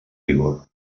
vigor